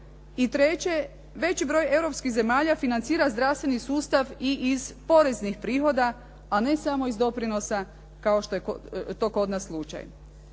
I treće, veći broj europskih zemalja financira zdravstveni sustav i iz poreznih prihoda, a ne samo iz doprinosa kao što je to kod nas slučaj.